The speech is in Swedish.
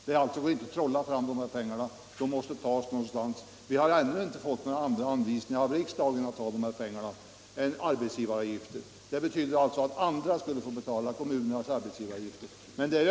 Det går inte att trolla fram pengarna; de måste tas någonstans. Vi har ännu inte fått någon anvisning av riksdagen att ta ut dessa pengar på något annat sätt än via arbetsgivaravgiften. Förslaget betyder att andra skulle få betala kommunernas arbetsgivaravgifter.